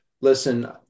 listen